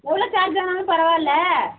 எவ்வளோ சார்ஜ் ஆனாலும் பரவாயில்ல